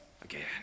again